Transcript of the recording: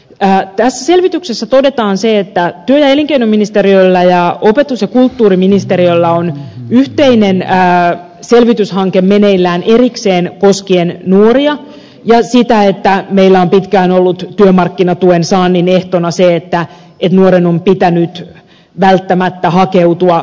tässä selvityksessä todetaan se että työ ja elinkeinoministeriöllä ja opetus ja kulttuuriministeriöllä on yhteinen selvityshanke meneillään erikseen koskien nuoria ja sitä että meillä on pitkään ollut työmarkkinatuen saannin ehtona se että nuoren on pitänyt välttämättä hakeutua koulutukseen